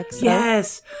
Yes